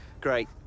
great